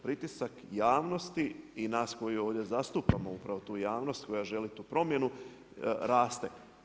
Pritisak javnosti i nas koji ovdje zastupamo upravo tu javnost koja želi tu promjenu raste.